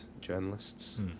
journalists